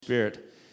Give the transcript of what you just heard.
spirit